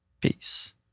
Peace